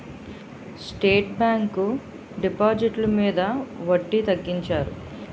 state bank డిపాజిట్లు మీద వడ్డీ తగ్గించారు